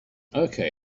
okay